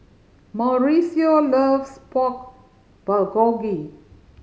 Mauricio loves Pork Bulgogi